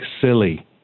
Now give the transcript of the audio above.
silly